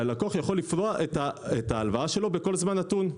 שהלקוח יכול לפרוע את ההלוואה שלו בכל זמן נתון.